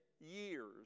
years